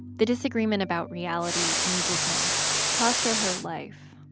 the disagreement about reality in eagles nest cost her her life.